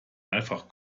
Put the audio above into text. einfach